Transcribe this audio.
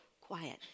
quiet